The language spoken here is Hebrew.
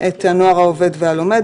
את הנוער העובד והלומד,